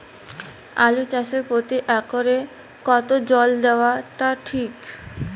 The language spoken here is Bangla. আলু চাষে প্রতি একরে কতো জল দেওয়া টা ঠিক?